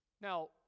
now